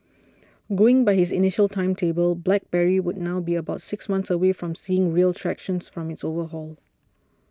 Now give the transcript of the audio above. going by his initial timetable BlackBerry would now be about six months away from seeing real traction from its overhaul